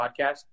podcast